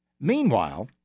Meanwhile